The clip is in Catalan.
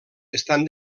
estan